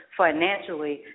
financially